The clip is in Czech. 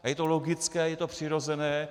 A je to logické, je to přirozené.